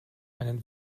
einen